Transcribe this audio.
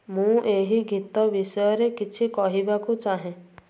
ମୁଁ ଏହି ଗୀତ ବିଷୟରେ କିଛି କହିବାକୁ ଚାହେଁ